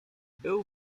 był